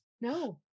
No